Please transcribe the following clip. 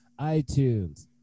iTunes